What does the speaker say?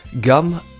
Gum